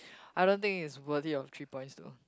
I don't think it's worth of three points though